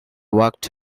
walked